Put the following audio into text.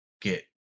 get